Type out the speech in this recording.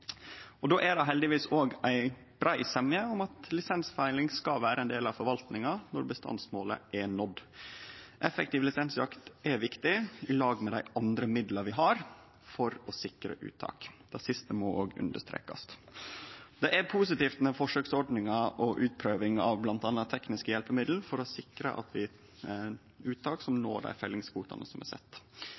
Då er det heldigvis brei semje om at lisensfelling skal vere ein del av forvaltinga når bestandsmålet er nådd. Effektiv lisensjakt er viktig, i lag med dei andre midla vi har for å sikre uttak. Det siste må understrekast. Det er positivt med forsøksordningar og utprøving av bl.a. tekniske hjelpemiddel for å sikre at uttak når dei fellingskvotane som er